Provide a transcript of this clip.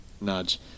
nudge